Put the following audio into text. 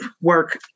work